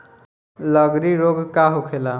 लगड़ी रोग का होखेला?